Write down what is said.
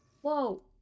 whoa